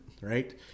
Right